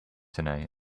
tonight